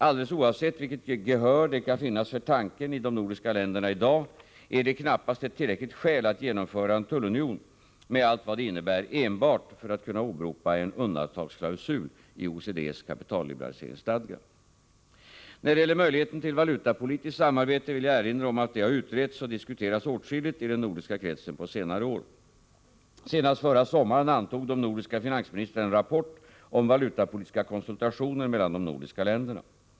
Alldeles oavsett vilket gehör det kan finnas för tanken ide nordiska länderna i dag, är det knappast ett tillräckligt skäl att genomföra en tullunion, med allt vad det innebär, enbart för att kunna åberopa en undantagsklausul i OECD:s kapitalliberaliseringsstadga. När det gäller möjligheten till valutapolitiskt samarbete vill jag erinra om att detta utretts och diskuterats åtskilligt i den nordiska kretsen på senare år. Senast förra sommaren antog de nordiska finansministrarna en rapport om valutapolitiska konsultationer mellan de nordiska länderna.